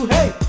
Hey